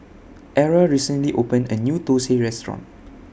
Era recently opened A New Thosai Restaurant